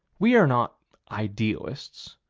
we are not idealists.